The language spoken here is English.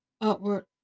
upward